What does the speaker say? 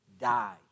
die